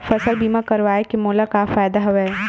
फसल बीमा करवाय के मोला का फ़ायदा हवय?